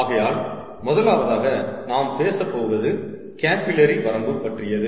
ஆகையால் முதலாவதாக நாம் பேசப்போவது கேபில்லரி வரம்பு பற்றியது